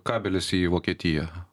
kabelis į vokietiją